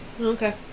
Okay